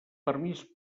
permís